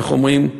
איך אומרים,